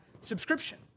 subscription